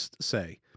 say